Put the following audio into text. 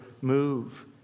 move